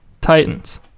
Titans